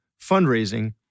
fundraising